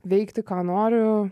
veikti ką noriu